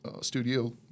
studio